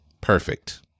Perfect